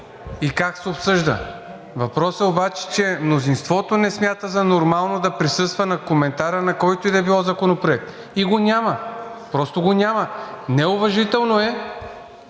и как се обсъжда. (Реплики.) Въпросът обаче е, че мнозинството не смята за нормално да присъства на коментара на който и да е било законопроект и го няма, просто го няма! Неуважително е